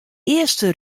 earste